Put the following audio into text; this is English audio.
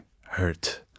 hurt